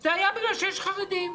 זה היה בגלל שיש חרדים.